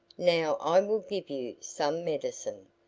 now i will give you some medicine,